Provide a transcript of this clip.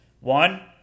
One